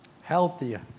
healthier